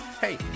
Hey